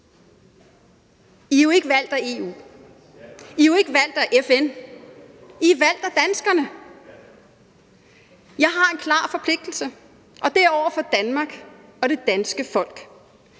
I er jo ikke valgt af EU, I er ikke valgt af FN, I er valgt af danskerne! Jeg har en klar forpligtelse, og det er over for Danmark og det danske folk,